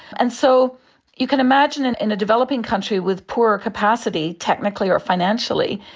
and so you can imagine in in a developing country with poorer capacity, technically or financially,